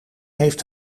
heeft